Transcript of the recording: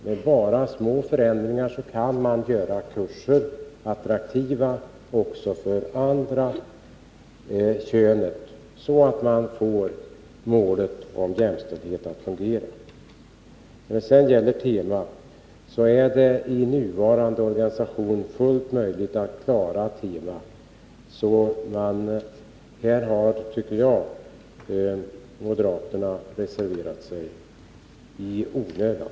Med bara små förändringar kan man göra en kurs attraktiv också för det andra könet, så att man får målet om jämställdhet att fungera. Temastudier är fullt möjliga att klara i nuvarande organisation. På den punkten tycker jag att moderaterna har reserverat sig i onödan.